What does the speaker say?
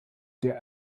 der